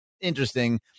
interesting